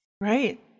Right